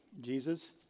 Jesus